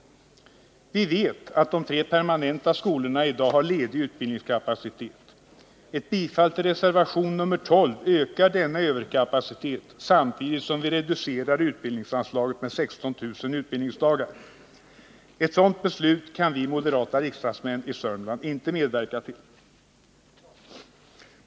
Vi vet att de tre permanenta skolorna i dag har ledig utbildningskapacitet. Ett bifall till reservation 12 ökar denna överkapacitet samtidigt som vi reducerar utbildningsanslaget med 16 000 utbildningsdagar. Ett sådant beslut kan vi moderata riksdagsmän i Sörmland inte medverka till.